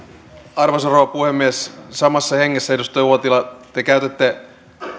arvoisa rouva puhemies samassa hengessä edustaja uotila te käytätte